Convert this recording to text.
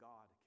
God